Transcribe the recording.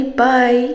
bye